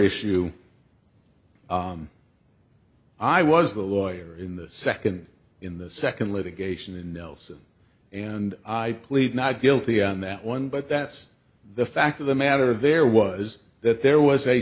issue i was the lawyer in the second in the second litigation and nelson and i plead not guilty on that one but that's the fact of the matter there was that there was a